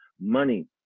Money